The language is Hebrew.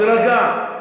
תירגע.